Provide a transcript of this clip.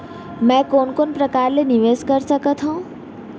मैं कोन कोन प्रकार ले निवेश कर सकत हओं?